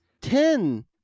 Ten